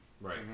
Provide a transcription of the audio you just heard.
Right